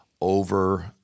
over